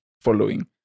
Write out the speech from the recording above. following